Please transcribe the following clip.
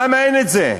למה אין את זה?